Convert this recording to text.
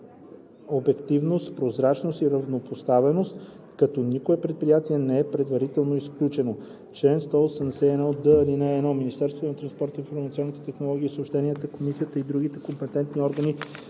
обективност, прозрачност и равнопоставеност, като никое предприятие не е предварително изключено. Чл. 181д. (1) Министерството на транспорта, информационните технологии и съобщенията, комисията и другите компетентни органи,